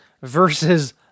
versus